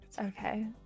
Okay